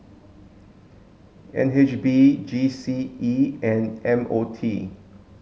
N H B G C E and M O T